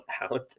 out